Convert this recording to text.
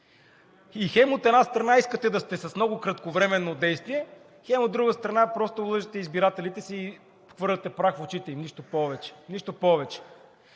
И хем, от една страна, искате да сте с много кратковременно действие, хем, от друга страна, просто лъжете избирателите си и хвърляте прах в очите им и нищо повече.